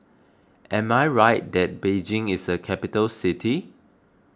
am I right that Beijing is a capital city